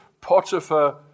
Potiphar